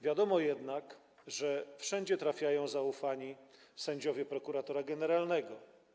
Wiadomo jednak, że wszędzie trafiają zaufani sędziowie prokuratora generalnego.